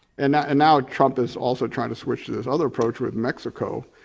and and now trump is also trying to switch to this other approach with mexico.